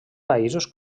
països